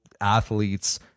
athletes